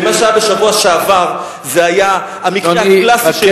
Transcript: ומה שהיה בשבוע שעבר היה המקרה הקלאסי של עינוי דין.